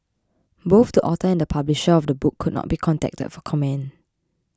both the author and publisher of the book could not be contacted for comment